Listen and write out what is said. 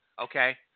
Okay